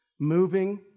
Moving